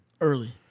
early